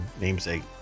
namesake